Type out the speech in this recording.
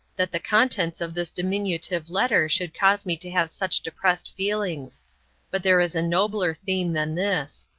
that the contents of this diminutive letter should cause me to have such depressed feelings but there is a nobler theme than this.